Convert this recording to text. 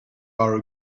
are